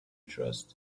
trust